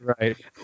right